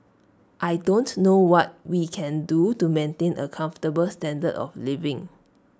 I don't know what we can do to maintain A comfortable standard of living